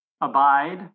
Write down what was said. abide